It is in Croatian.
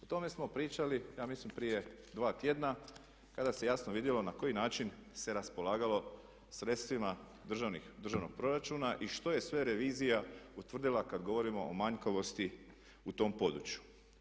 O tome smo pričali ja mislim prije dva tjedna kada se jasno vidjelo na koji način se raspolagalo sredstvima državnog proračuna i što je sve revizija utvrdila kada govorimo o manjkavosti u tom području.